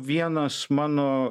vienas mano